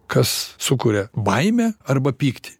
kas sukuria baimę arba pyktį